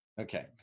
Okay